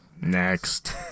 Next